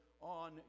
on